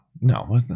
No